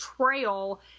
trail